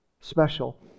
special